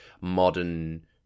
modern